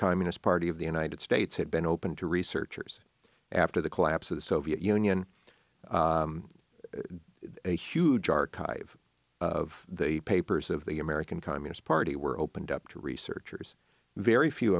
communist party of the united states had been open to researchers after the collapse of the soviet union a huge archive of the papers of the american communist party were opened up to researchers very few